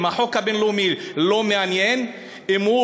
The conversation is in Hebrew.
אם החוק הבין-לאומי לא מעניין,